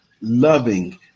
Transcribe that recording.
loving